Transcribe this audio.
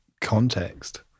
context